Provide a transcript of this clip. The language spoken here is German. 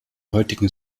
heutigen